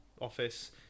office